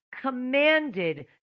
commanded